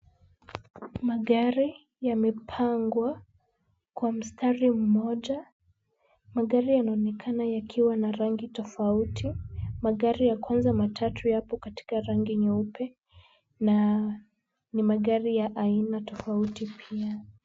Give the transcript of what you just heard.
Magari yamepangwa kwa mstari mmoja. Magari yanaonekana yakiwa na rangi tofauti. Magari ya kwanza matatu yapo katika rangi nyeupe na ni magari ya aina tofauti pia.